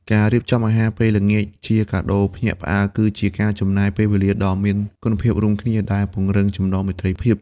ការរៀបចំអាហារពេលល្ងាចជាកាដូភ្ញាក់ផ្អើល គឺជាការចំណាយពេលវេលាដ៏មានគុណភាពរួមគ្នា ដែលពង្រឹងចំណងមេត្រីភាព។